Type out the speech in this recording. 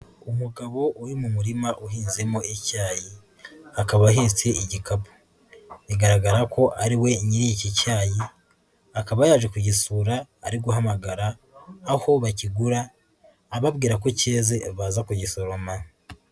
Umugabo uri mu murima uhinzemo icyayi akaba ahetse igikapu, bigaragara ko ariwe nyir'iki cyayi, akaba yaje kugisura ari guhamagara aho bakigura, ababwira ko cyeze baza kugisoroma.